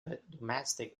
domestic